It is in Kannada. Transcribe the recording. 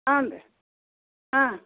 ಹ್ಞೂ ರೀ ಹಾಂ